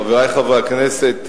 חברי חברי הכנסת,